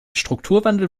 strukturwandel